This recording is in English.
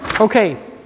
Okay